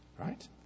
Right